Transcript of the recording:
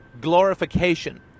glorification